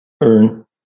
earn